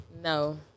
No